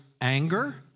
anger